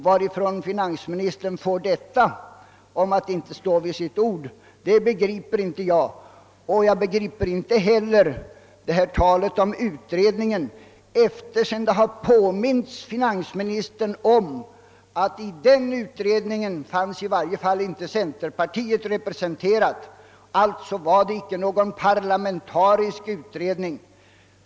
Varifrån finansministern får att vi inte skulle stå vid vårt ord begriper inte jag. Jag begriper inte heller talet om utredningen, sedan finansministern har påmints om att i denna utredning fanns i varje fall inte centerpartiet representerat. Alltså var det icke någon parlamentarisk utredning.